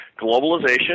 globalization